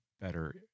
better